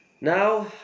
Now